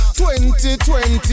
2020